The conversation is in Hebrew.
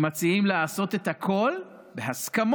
הם מציעים לעשות הכול "בהסכמות"